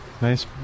Nice